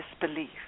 disbelief